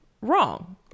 wrong